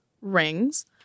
rings